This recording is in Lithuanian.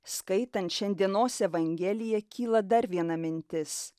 skaitant šiandienos evangeliją kyla dar viena mintis